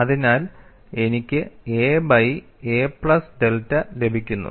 അതിനാൽ എനിക്ക് a by a plus delta ലഭിക്കുന്നു